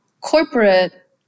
corporate